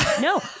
No